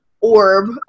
orb